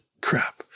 Crap